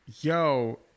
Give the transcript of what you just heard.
yo